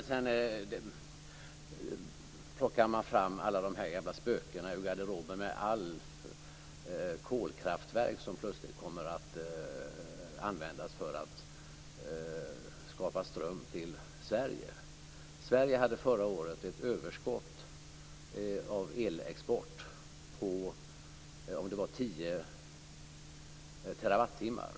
Sedan plockar man fram alla de här gamla spökena ur garderoben med alla kolkraftverk som plötsligt kommer att användas för att skapa ström till Sverige. Sverige hade förra året ett överskott av elexport på, om det var, 10 terawattimmar.